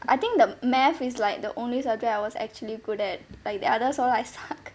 I think that mathematics is like the only subject I was actually good at like the others all I suck